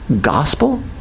gospel